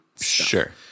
Sure